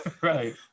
Right